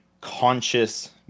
conscious